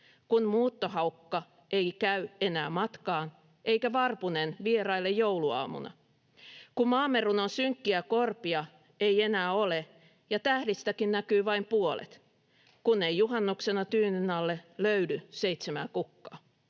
kun muuttohaukka ei käy enää matkaan eikä varpunen vieraile jouluaamuna, kun Maamme-runon synkkiä korpia ei enää ole ja tähdistäkin näkyy vain puolet, kun ei juhannuksena tyynyn alle löydy seitsemää kukkaa?